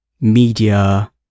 media